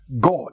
God